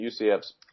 UCF's